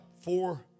Four